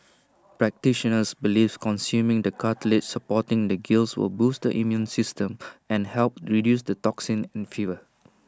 practitioners believe consuming the cartilage supporting the gills will boost the immune system and help reduce toxins and fever